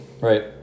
Right